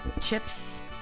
chips